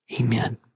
amen